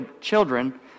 children